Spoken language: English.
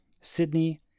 Sydney